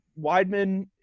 Weidman